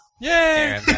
Yay